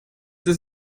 das